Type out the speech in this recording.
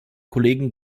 kollegen